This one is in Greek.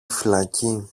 φυλακή